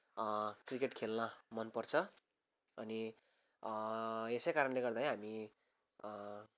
cricket खेल्न मनपर्छ अनि यसै कारणले गर्दा है हामी